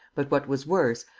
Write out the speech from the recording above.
but, what was worse,